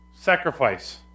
sacrifice